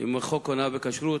של חוק הונאה בכשרות.